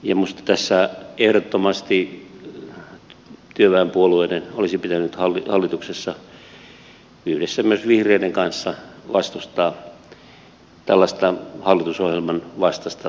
minusta tässä ehdottomasti työväenpuolueiden olisi pitänyt hallituksessa yhdessä myös vihreiden kanssa vastustaa tällaista hallitusohjelman vastaista menettelyä